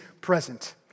present